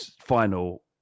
final